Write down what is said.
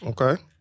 Okay